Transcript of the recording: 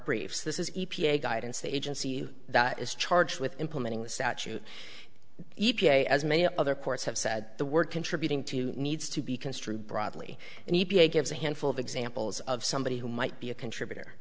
briefs this is a guidance agency that is charged with implementing the statute e p a as many other courts have said the work contributing to needs to be construed broadly and e p a gives a handful of examples of somebody who might be a contributor